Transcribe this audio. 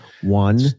One